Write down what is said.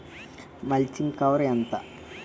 Mulching cover ఎంత?